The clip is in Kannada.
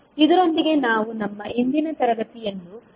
ಇದರೊಂದಿಗೆ ನಾವು ನಮ್ಮ ಇಂದಿನ ತರಗತಿಯನ್ನು ಮುಕ್ತಾಯ ಗೊಳಿಸುತ್ತೇವೆ